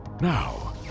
Now